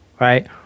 right